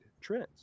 trends